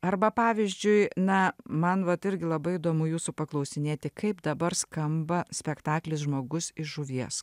arba pavyzdžiui na man vat irgi labai įdomu jūsų paklausinėti kaip dabar skamba spektaklis žmogus iš žuvies